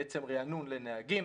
בעצם ריענון לנהגים,